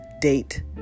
date